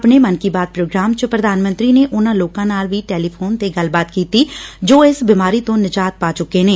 ਆਪਣੇ 'ਮਨ ਕੀ ਬਾਤ' ਪ੍ਰੋਗਰਾਮ 'ਚ ਪ੍ਰਧਾਨ ਮੰਤਰੀ ਨੇ ਉਨ੍ਹਂ ਲੋਕਾਂ ਨਾਲ ਵੀ ਟੈਲੀ ਫੋਨ ਤੇ ਗੱਲਬਾਤ ਕੀਤੀ ਜੋ ਇਸ ਬੀਮਾਰੀ ਤੋ ਨਿਜਾਤ ਪਾ ਚੁੱਕੇ ਨੇ